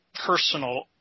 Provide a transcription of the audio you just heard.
personal